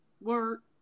work